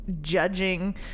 judging